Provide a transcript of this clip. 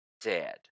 dead